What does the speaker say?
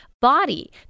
Body